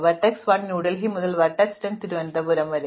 vertex 1 New Delhi മുതൽ vertex 10 Thiruvananthapuram വരെ